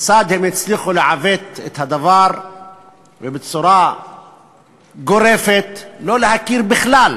כיצד הם הצליחו לעוות את הדבר ובצורה גורפת לא להכיר בכלל